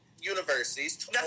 universities